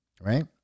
right